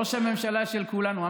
הוא ראש הממשלה של כולנו, גם שלך.